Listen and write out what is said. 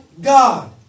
God